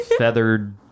Feathered